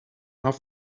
off